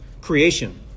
creation